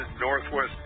Northwest